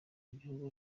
igihugu